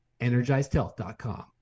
EnergizedHealth.com